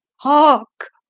hark!